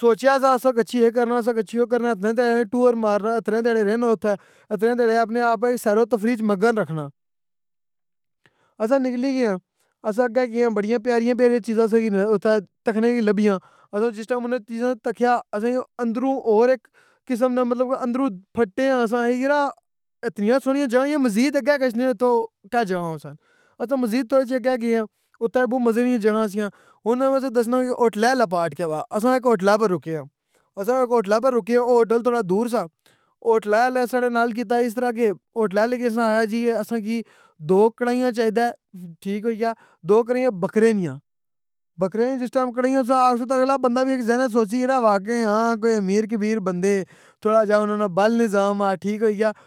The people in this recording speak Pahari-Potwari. سوچیا سا کہ اسساں گچھی اے کرنا او کرنا، اتنے تھیڑے ٹور مارنا اتنے تھیڑے رہنا اتھے، اتنے تھڑے اپ کی وی سیروتفریح مگن رکھنا۔ اسساں نکلی گیاں۔ اسساں کے کیا اسساں بڑی پیاری پیاری چیزاں آسیں اتھے تکنی کی لبیاں۔ اسساں اتھاں جدوں تکیا اسساں کی اندرو ہور ہیک قسم نا مطلب اندروں پھٹے آں اسساں آخیا ہیرا، اتنیاں سوہنیاں جگہ ای مزید آگے گچھنے آں تے کے جگہ ہوسیں، اسساں مزید تھوڑا آگے تک گے آں۔ اتتا بوؤں مزے نی جگہ سیاں۔ ہن میں تساں کی دسناں آ کے ہوٹل آلا پارٹ کے ہووا۔ اسساں ہیک ہوٹل اپر روکیاں۔ اسساں ہیک ہوٹل اپر روکیاں تے او ہوٹل تھوڑا دورسا، ہوٹل آلے ساڑے نال کیتا اس طرح کے، ہوٹل آلے آخیا اسساں کے اسساں کی دو کڑاہیاں چائے دے۔ ٹھیک ہوئیا، دو کڑھیاں بکرے نیا، بکرے نیا جس ٹیم کڑاہیاں تساں آخسو تے بندہ وی زہن اچ سو چسی کے ہاں، کوئی امیر کمیر بندے ہیں، تھوڑا جیا اننا نا بل نظام ہے۔ ٹھیک ہوئی یا؟